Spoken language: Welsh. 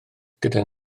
gyda